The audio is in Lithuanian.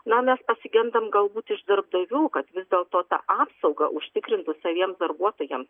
na mes pasigendam galbūt iš darbdavių kad vis dėlto tą apsaugą užtikrintų saviems darbuotojam